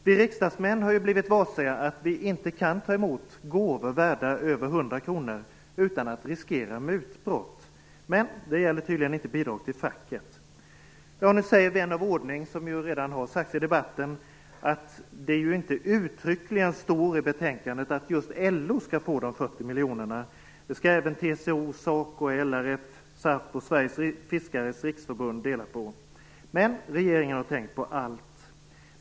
Vi riksdagsmän har ju blivit varse att vi inte kan ta emot gåvor värda över 100 kr utan att riskera att begå mutbrott, men det gäller tydligen inte bidrag till facket. Nu säger vän av ordning - och det har redan sagts i debatten - att det ju inte uttryckligen står i betänkandet att just LO skall få dessa 40 miljoner. Dem skall även TCO, SACO, LRF, SAF och Sveriges fiskares riksförbund dela på. Men regeringen har tänkt på allt.